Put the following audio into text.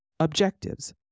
objectives